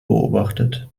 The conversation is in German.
beobachtet